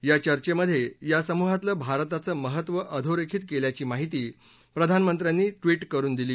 या चर्चेमधे या समुहातलं भारताचं महत्व अधोरेखित केल्याची माहिती प्रधानमंत्र्यांनी ट्टविट करुन दिली